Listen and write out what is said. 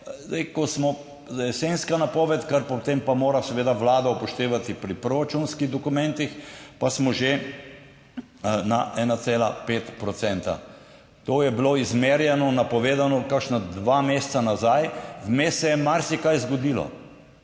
ko smo jesenska napoved, kar potem pa mora seveda vlada upoštevati pri proračunskih dokumentih, pa smo že na 1,5 procenta. To je bilo izmerjeno, napovedano kakšna dva meseca nazaj. Vmes se je marsikaj zgodilo,